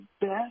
best